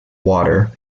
water